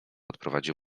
odprowadził